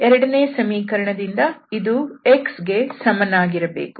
ಎರಡನೇ ಸಮೀಕರಣದಿಂದ ಇದು x ಗೆ ಸಮನಾಗಿರಬೇಕು